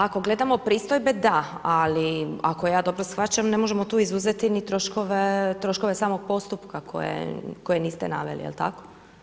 Ako gledamo pristojbe, da, ali ako ja dobro shvaćam, ne možemo tu izuzeti ni troškove samog postupka koje niste naveli, jel' tako?